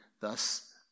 thus